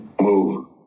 move